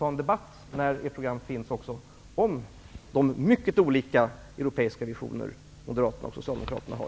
Men låt oss när programmet är utformat debattera de mycket olika europeiska visioner som Moderaterna och Socialdemokraterna har.